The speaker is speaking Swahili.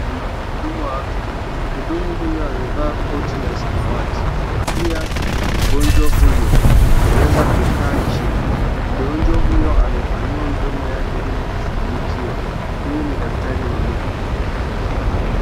Kuna mhudumu wa afya, mhudumu huyu amevaa koti ya samawati pia mgonjwa huyo ameweza kukaa chini. Mgonjwa huyo amepanua mdomo yake ili kushughulikiwa. huyu ni daktari wa meno.